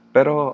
Pero